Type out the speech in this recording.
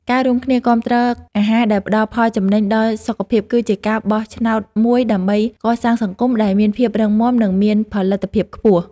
ការរួមគ្នាគាំទ្រអាហារដែលផ្តល់ផលចំណេញដល់សុខភាពគឺជាការបោះឆ្នោតមួយដើម្បីកសាងសង្គមដែលមានភាពរឹងមាំនិងមានផលិតភាពខ្ពស់។